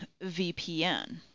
VPN